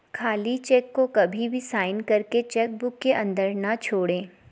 खाली चेक को कभी भी साइन करके चेक बुक के अंदर न छोड़े